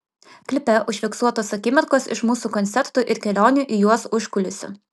klipe užfiksuotos akimirkos iš mūsų koncertų ir kelionių į juos užkulisių